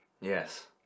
Yes